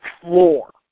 floor